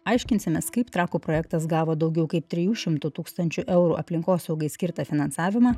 aiškinsimės kaip trakų projektas gavo daugiau kaip trijų šimtų tūkstančių eurų aplinkosaugai skirtą finansavimą